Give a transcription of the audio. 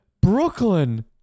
Brooklyn